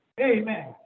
amen